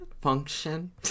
function